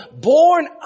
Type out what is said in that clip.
born